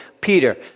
Peter